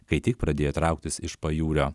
kai tik pradėjo trauktis iš pajūrio